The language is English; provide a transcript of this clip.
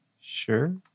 sure